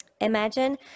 Imagine